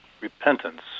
repentance